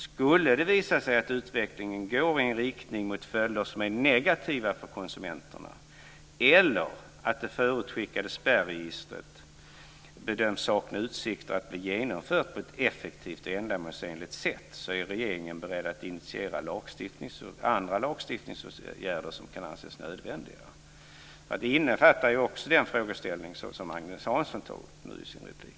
Skulle det visa sig att utvecklingen går i en riktning mot följder som är negativa för konsumenterna eller att det förutskickade spärregistret bedöms sakna utsikter att bli genomfört på ett effektivt och ändamålsenligt sätt är regeringen beredd att initiera andra lagstiftningsåtgärder som kan anses nödvändiga. Det innefattar ju också den frågeställning som Agne Hansson nu tar upp i sin replik.